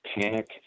panic